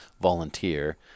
volunteer